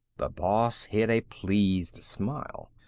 the boss hid a pleased smile.